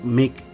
make